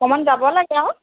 অকণমান যাব লাগে আৰু